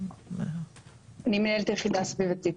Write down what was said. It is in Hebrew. אני מנהלת היחידה הסביבתית.